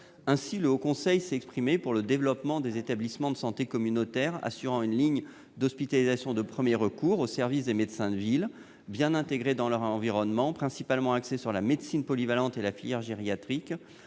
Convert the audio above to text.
Ainsi, le Haut Conseil s'est exprimé pour le développement « des établissements de santé communautaires assurant une ligne d'hospitalisation de premier recours, au service des médecins de ville, bien intégrés dans leur environnement, principalement axés sur la médecine polyvalente et la filière gériatrique,